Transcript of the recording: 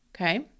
Okay